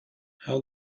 how